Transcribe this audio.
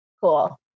Cool